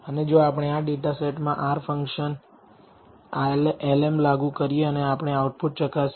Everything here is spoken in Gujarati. અને જો આપણે આ ડેટાસેટમાં R ફંક્શન lm લાગુ કરીએ અને આપણે આઉટપુટ ચકાસીએ